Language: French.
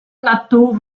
plateaux